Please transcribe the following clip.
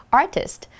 artist，